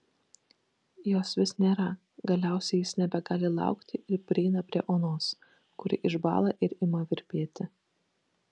jos vis nėra galiausiai jis nebegali laukti ir prieina prie onos kuri išbąla ir ima virpėti